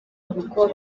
rugo